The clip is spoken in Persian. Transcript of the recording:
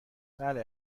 بله